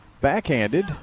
Backhanded